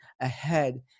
ahead